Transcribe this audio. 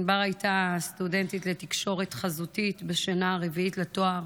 ענבר הייתה סטודנטית לתקשורת חזותית בשנה הרביעית לתואר